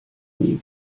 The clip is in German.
nie